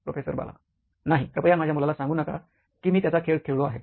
professor Bala नाही कृपया माझ्या मुलाला सांगू नका की मी त्याचा खेळ खेळलो आहे